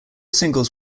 singles